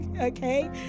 okay